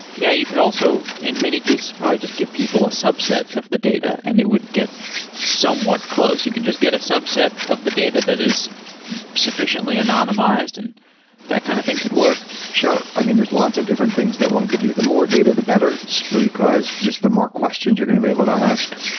yeah, you could also, in many cases, probably just give people a subset of the data and it would get somewhat close. you can just get a subset of the data that is sufficiently anonymized and that kind of thing could work. sure. i mean, there're lots of different things that one could do. the more data the better, probably so but because just the more questions you're going to be able to ask.